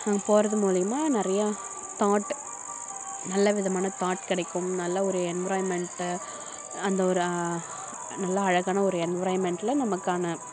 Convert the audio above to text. அங்கே போகிறது மூலிமா நிறையா தாட் நல்ல விதமான தாட் கிடைக்கும் நல்ல ஒரு என்விராய்மெண்ட்டு அந்த ஒரு நல்ல அழகான ஒரு என்விரான்மெண்ட்ல நமக்கான